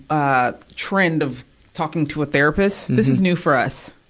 ah, trend of talking to a therapist, this is new for us.